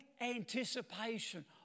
anticipation